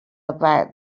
about